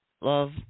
love